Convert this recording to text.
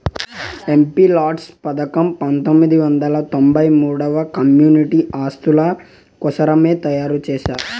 MPLADS పథకం పంతొమ్మిది వందల తొంబై మూడుల కమ్యూనిటీ ఆస్తుల కోసరమే తయారు చేశారు